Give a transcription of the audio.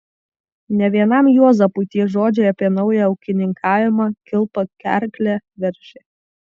ne vienam juozapui tie žodžiai apie naują ūkininkavimą kilpa gerklę veržė